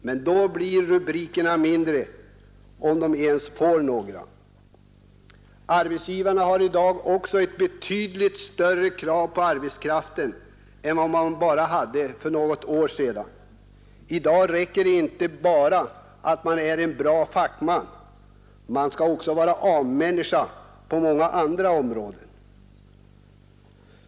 Men då blir rubrikerna mindre — om det ens blir några rubriker. Arbetsgivarna har i dag också ett betydligt högre krav på arbetskraften än vad man hade för bara något år sedan. I dag räcker det inte bara med att man är en bra fackman, man skall också vara A-människa på många andra områden.